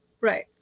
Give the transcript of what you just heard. Right